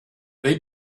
they